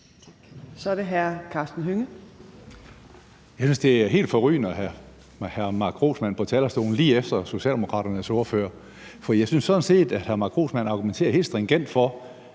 Hønge. Kl. 14:08 Karsten Hønge (SF): Jeg synes, det er helt forrygende at have hr. Mark Grossmann på talerstolen lige efter Socialdemokraternes ordfører, for jeg synes sådan set, at hr. Mark Grossmann argumenterer helt stringent for,